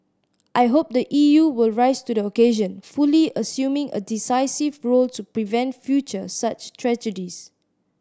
I hope the E U will rise to the occasion fully assuming a decisive role to prevent future such tragedies